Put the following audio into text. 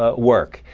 ah work?